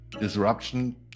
disruption